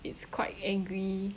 it's quite angry